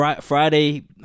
Friday